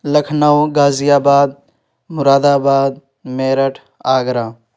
Lucknow Ghaziabad Moradabad Meerut Agra